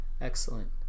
Excellent